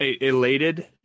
elated